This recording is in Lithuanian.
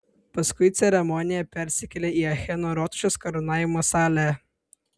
paskui ceremonija persikėlė į acheno rotušės karūnavimo salę